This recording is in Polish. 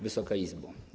Wysoka Izbo!